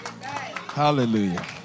Hallelujah